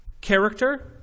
character